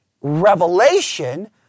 revelation